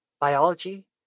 biology